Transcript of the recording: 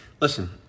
listen